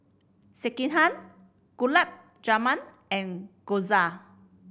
Sekihan Gulab Jamun and Gyoza